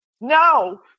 No